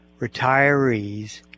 retirees